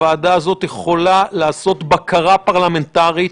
הוועדה הזאת יכולה לעשות בקרה פרלמנטרית